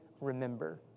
remember